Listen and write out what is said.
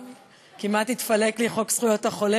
כמעט התפלק לי "חוק זכויות החולה",